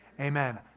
Amen